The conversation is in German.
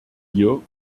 hier